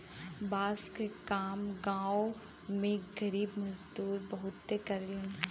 बांस के काम गांव में गरीब मजदूर बहुते करेलन